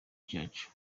cyacu